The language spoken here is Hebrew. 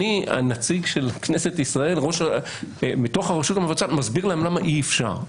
אני הנציג של כנסת ישראל ואני מהרשות המבצעת מסביר להם למה אי אפשר.